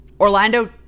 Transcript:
Orlando